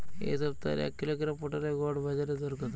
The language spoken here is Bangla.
এ সপ্তাহের এক কিলোগ্রাম পটলের গড় বাজারে দর কত?